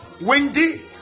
windy